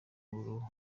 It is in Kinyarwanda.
w’amaguru